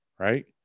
right